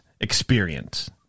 experience